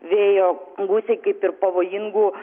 vėjo gūsiai kaip ir pavojingų